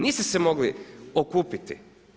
Niste se mogli okupiti.